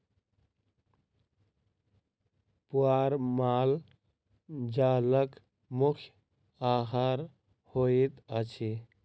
पुआर माल जालक मुख्य आहार होइत अछि